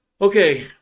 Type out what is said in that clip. Okay